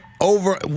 Over